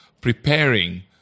preparing